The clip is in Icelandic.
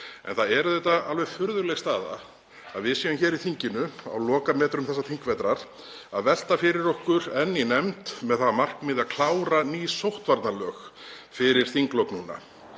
En það er auðvitað alveg furðuleg staða að við séum hér í þinginu á lokametrum þessa þingvetrar enn að velta fyrir okkur í nefnd því markmiði að klára ný sóttvarnalög fyrir þinglok,